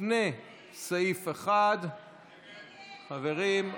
לפני סעיף 1. חברים,